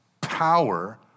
power